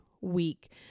week